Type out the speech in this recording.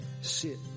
sit